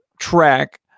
track